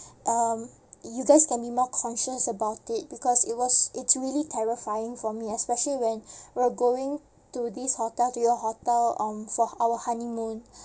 um you guys can be more conscious about it because it was it's really terrifying for me especially when we're going to this hotel to your hotel on for our honeymoon